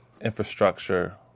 infrastructure